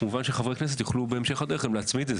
כמובן שחברי הכנסת יוכלו בהמשך הדרך גם להצמיד את זה.